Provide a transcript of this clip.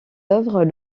œuvres